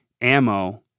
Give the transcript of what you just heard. ammo